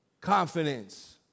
confidence